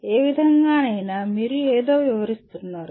ఏ విధంగానైనా మీరు ఏదో వివరిస్తున్నారు